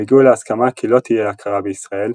הם הגיעו להסכמה כי לא תהיה הכרה בישראל,